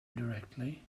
directly